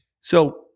so-